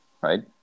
right